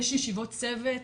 יש ישיבות צוות,